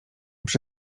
przy